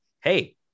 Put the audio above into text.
hey